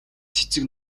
цэцэг